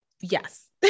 Yes